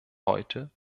heute